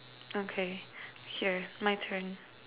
okay here my turn